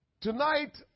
Tonight